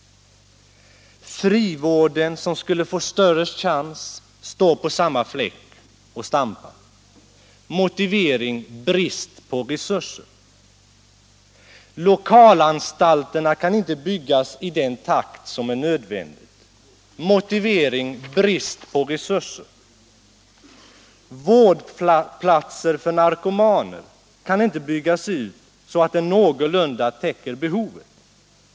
Frivården, som skulle få större chans, står på samma fläck och stampar. Motivering: brist på resurser. Lokalanstalterna kan inte byggas i den takt som är nödvändig. Motivering: brist på resurser. Vårdplatserna för narkomaner kan inte byggas ut så att de någorlunda täcker behovet.